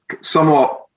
somewhat